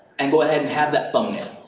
and go ahead and have that thumbnail,